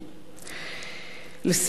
לסיום,